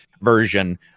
version